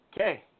Okay